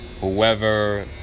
whoever